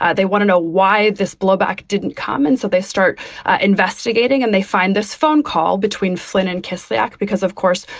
ah they want to know why this blowback didn't come. and so they start investigating and they find this phone call between flynn and kislyak because, of course,